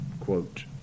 Quote